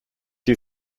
you